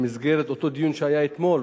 במסגרת אותו דיון שהיה אתמול,